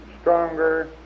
stronger